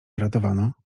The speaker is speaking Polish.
wyratowano